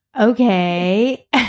Okay